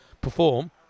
perform